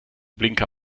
blinker